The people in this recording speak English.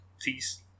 Please